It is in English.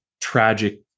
tragic